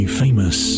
famous